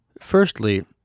Firstly